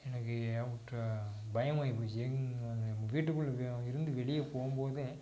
எனக்கு அவுட்டு பயமாக இருந்துச்சு எங் வீட்டுக்குள்ளே இருக்க இருந்து வெளியே போகும் போதே